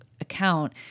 account